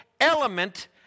element